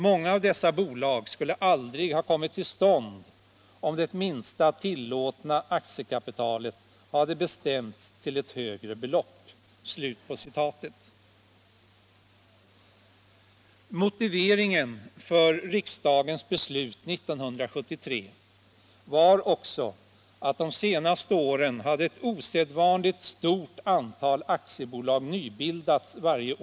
Många av dessa bolag skulle aldrig ha kommit till stånd om det minsta tillåtna aktiekapitalet hade bestämts till ett högre belopp.” Motiveringen för riksdagens beslut 1973 var också att de senaste åren hade ett osedvanligt stort antal aktiebolag nybildats varje år.